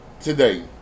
today